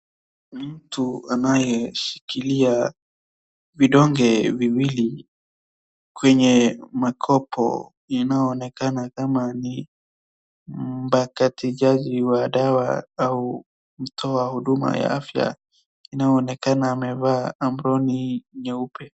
Mtu anayeshikilia vidonge viwili kwenye makopo. Inaonekana kama ni mbakatijaji wa dawa au mtoa huduma ya afya. Inaonekana amevaa aproni nyeupe.